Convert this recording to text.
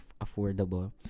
affordable